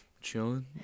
chilling